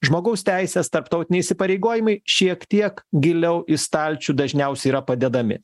žmogaus teisės tarptautiniai įsipareigojimai šiek tiek giliau į stalčių dažniausiai yra padedami